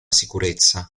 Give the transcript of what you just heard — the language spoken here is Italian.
sicurezza